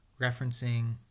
referencing